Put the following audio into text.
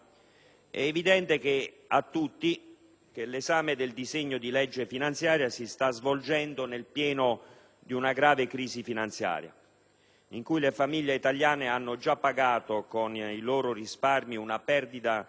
è evidente a tutti che l'esame del disegno di legge finanziaria si sta svolgendo nel pieno di una grave crisi finanziaria, in cui le famiglie italiane hanno già pagato con i loro risparmi una perdita di